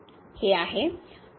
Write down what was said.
हे आहे